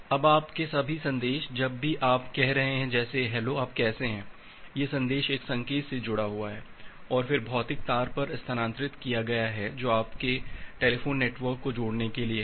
अब आपके सभी संदेश जब भी आप कह रहे हैं जैसे हैलो आप कैसे हैं यह संदेश एक संकेत से जुड़ा हुआ है और फिर भौतिक तार पर स्थानांतरित किया गया है जो आपके टेलीफोन नेटवर्क को जोड़ने के लिए है